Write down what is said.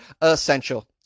essential